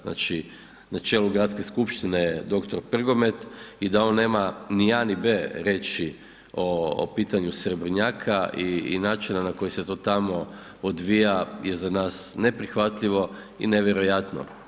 Znači na čelu gradske skupštine dr. Prgomet i da on nema ni a ni be reći o pitanju Srebrnjaka i načinu na koji se to tamo odvija je za nas neprihvatljivo i nevjerojatno.